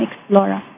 explorer